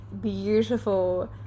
beautiful